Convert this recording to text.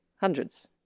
Hundreds